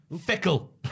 Fickle